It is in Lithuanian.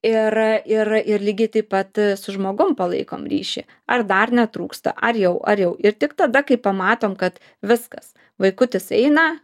ir ir ir lygiai taip pat su žmogum palaikom ryšį ar dar netrūksta ar jau ar jau ir tik tada kai pamatom kad viskas vaikutis eina